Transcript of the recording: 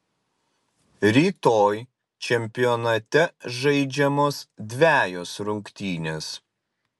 rytoj čempionate žaidžiamos dvejos rungtynės